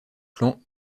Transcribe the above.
clan